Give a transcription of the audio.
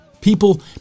people